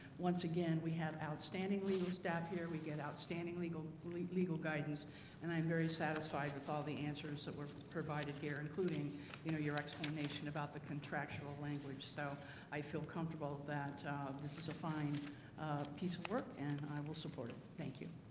once again, we have outstanding legal staff here we get outstanding legal legal guidance and i'm very satisfied with all the answers that were provided here including you know, your explanation about the contractual language so i feel comfortable that this is a fine piece of work and i will support it. thank you.